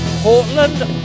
Portland